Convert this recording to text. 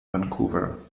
vancouver